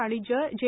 वाणिज्य जे